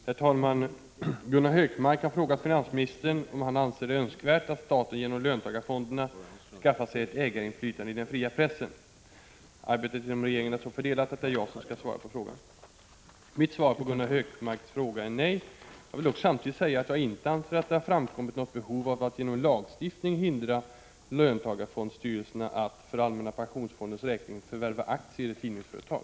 Herr talman! Gunnar Hökmark har frågat finansministern om han anser det önskvärt att staten genom löntagarfonderna skaffar sig ett ägarinflytande i den fria pressen. Arbetet inom regeringen är så fördelat att det är jag som skall svara på den frågan. Mitt svar på Gunnar Hökmarks fråga är nej. Jag vill dock samtidigt säga att jag inte anser att det har framkommit något behov av att genom lagstiftning hindra löntagarfondsstyrelserna att, för allmänna pensionsfondens räkning, förvärva aktier i tidningsföretag.